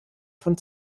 von